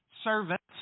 servants